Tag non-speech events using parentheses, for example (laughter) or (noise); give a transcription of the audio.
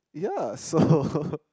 ya so (laughs)